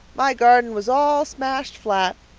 my garden was all smashed flat,